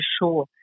sure